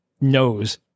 knows